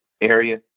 area